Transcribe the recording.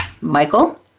Michael